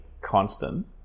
constant